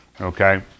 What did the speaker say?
Okay